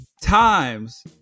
Times